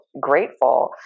grateful